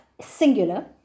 singular